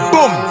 Boom